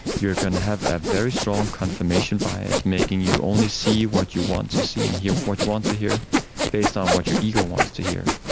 you're going to have a very strong confirmation bias making you only see what you want to see and hear what you want to hear based on what your ego wants to hear.